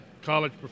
college